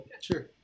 Sure